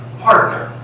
partner